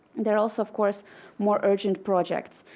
there are also of course more urgent projects.